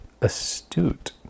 astute